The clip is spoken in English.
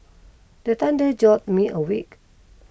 the thunder jolt me awake